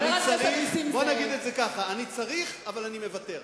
הוא צריך מאוד.